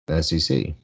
sec